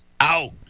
out